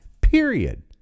period